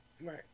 Right